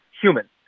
human